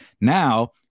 Now